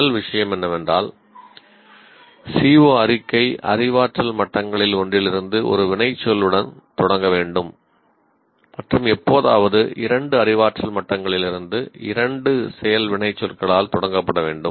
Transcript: முதல் விஷயம் என்னவென்றால் CO அறிக்கை அறிவாற்றல் மட்டங்களில் ஒன்றிலிருந்து ஒரு வினைச்சொல்லுடன் தொடங்க வேண்டும் மற்றும் எப்போதாவது 2 அறிவாற்றல் மட்டங்களிலிருந்து 2 செயல் வினைச்சொற்களால் தொடங்கப்பட வேண்டும்